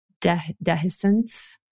dehiscence